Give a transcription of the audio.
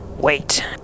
Wait